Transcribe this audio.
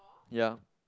ya